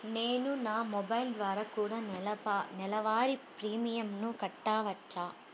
నేను నా మొబైల్ ద్వారా కూడ నెల వారి ప్రీమియంను కట్టావచ్చా?